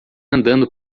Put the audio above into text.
andando